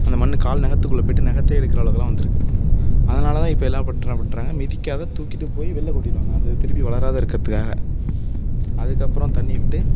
அந்த மண் கால் நகத்துக்குள்ள போயிட்டு நகத்தையே எடுக்கிற அளவுக்குலாம் வந்துருக்குது அதனால் தான் இப்போ எல்லாரும் என்ன பண்றாங்க மிதிக்காத தூக்கிட்டு போய் வெளியில் கொட்டிடுவாங்க அந்த இது திருப்பி வளராது இருக்கிறத்துக்காக அதுக்கப்புறம் தண்ணி விட்டு